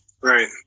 Right